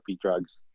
drugs